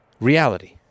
reality